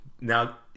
now